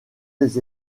des